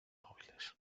móviles